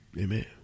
Amen